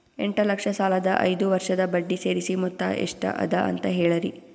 ಎಂಟ ಲಕ್ಷ ಸಾಲದ ಐದು ವರ್ಷದ ಬಡ್ಡಿ ಸೇರಿಸಿ ಮೊತ್ತ ಎಷ್ಟ ಅದ ಅಂತ ಹೇಳರಿ?